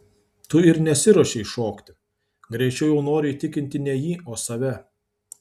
tu ir nesiruošei šokti greičiau jau noriu įtikinti ne jį o save